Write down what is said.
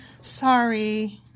Sorry